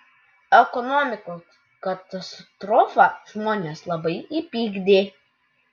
ekonomikos katastrofa žmones labai įpykdė